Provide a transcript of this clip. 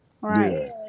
Right